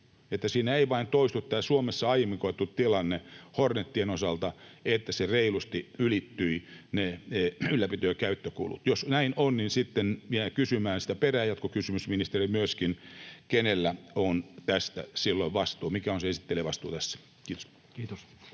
siinä ei vain toistu — tämä Suomessa aiemmin koettu tilanne Hornetien osalta, että ne ylläpito- ja käyttökulut reilusti ylittyvät. Jos näin on, niin sitten jään kysymään sitä. Perään myöskin jatkokysymys, ministeri: Kenellä on tästä silloin vastuu? Mikä on se esittelijän vastuu tässä? — Kiitos.